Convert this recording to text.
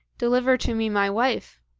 deliver to me my wife!